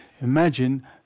imagine